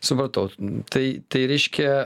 supratau tai tai reiškia